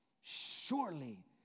Surely